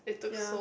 ya